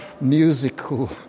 musical